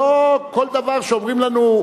לא כל דבר שאומרים לנו,